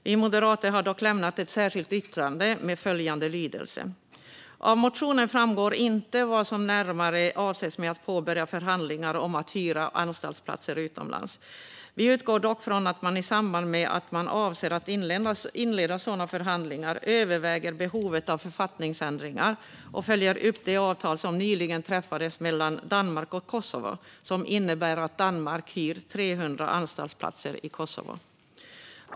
Vi moderater har dock lämnat ett särskilt yttrande med följande lydelse: "Av motionen framgår inte vad som närmare avses med att påbörja förhandlingar om att hyra anstaltsplatser utomlands. Vi utgår från dock från att man i samband med att man avser att inleda sådana förhandlingar dels överväger behovet av författningsändringar, dels följer upp det avtal som nyligen träffades mellan Danmark och Kosovo som innebär att Danmark hyr 300 anstaltsplatser i Kosovo.